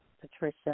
Patricia